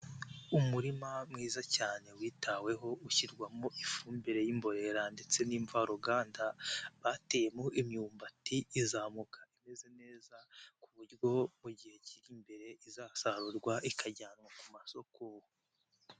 Umurima mwiza cyane witaweho ushyirwamo ifumbire y'imborera ndetse n'imvaruganda bateyemo imyumbati izamuka imeze neza ku buryo mu gihe kiri imbere izasarurwa ikajyanwa ku masoko.